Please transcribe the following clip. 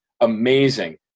amazing